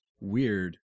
Weird